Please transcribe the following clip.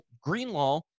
Greenlaw